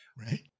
Right